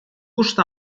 gust